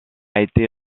été